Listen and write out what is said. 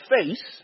face